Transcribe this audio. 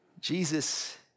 Jesus